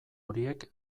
horiek